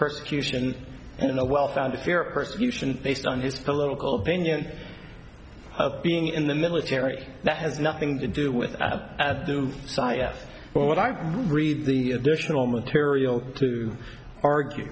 persecution and in a well founded fear of persecution based on his political opinion being in the military that has nothing to do with at do sayaf what i've read the additional material to argue